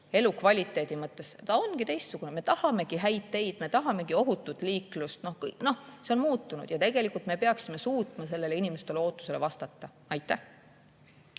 elukvaliteedi mõttes ongi teistsugune, me tahamegi häid teid, me tahamegi ohutut liiklust. See on muutunud ja tegelikult me peaksime suutma sellele inimeste ootusele vastata. Aitäh!